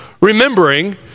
remembering